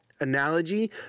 analogy